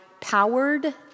powered